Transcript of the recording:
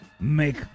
make